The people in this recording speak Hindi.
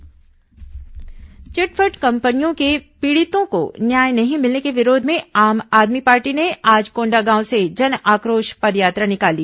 आप धरना चिटफंड कंपनियों के पीड़ितों को न्याय नहीं मिलने के विरोध में आम आदमी पार्टी ने आज कोंडागांव से जन आक्रोश पदयात्रा निकाली